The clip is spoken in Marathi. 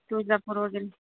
तुळजापूर वगैरे